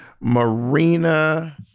Marina